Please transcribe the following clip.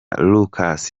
lucas